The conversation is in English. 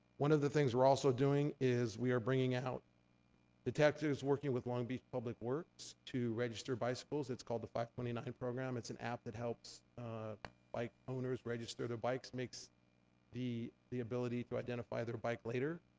one of the things we're also doing is, we are bringing out detectives working with long beach public works to register bicycles. it's called the five hundred and twenty nine program, it's an app that helps bike owners register their bikes, makes the the ability to identify their bike later.